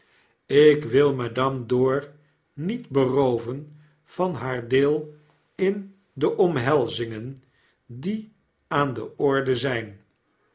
ik wil madame dor niet berooven van haar deel in de omhelzingen die aan de orde zp